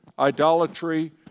idolatry